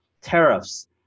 tariffs